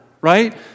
right